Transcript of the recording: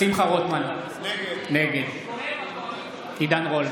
מירי מרים רגב, נגד שמחה רוטמן, נגד עידן רול,